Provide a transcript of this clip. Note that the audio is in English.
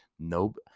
nope